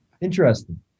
Interesting